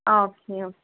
ஆ okay